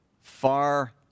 far